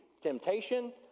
Temptation